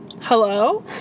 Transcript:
Hello